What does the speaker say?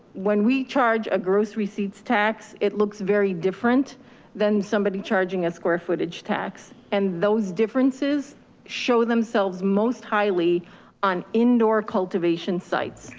when we charge a gross receipts tax, it looks very different than somebody charging a square footage tax and those differences show themselves most highly on indoor cultivation sites,